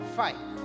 fight